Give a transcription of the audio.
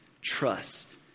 trust